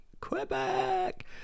Quebec